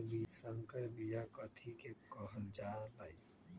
संकर बिया कथि के कहल जा लई?